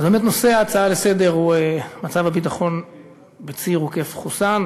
לסדר-היום הוא מצב הביטחון בציר עוקף-חוסאן,